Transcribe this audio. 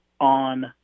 on